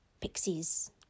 pixies